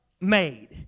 made